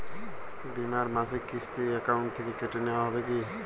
বিমার মাসিক কিস্তি অ্যাকাউন্ট থেকে কেটে নেওয়া হবে কি?